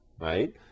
right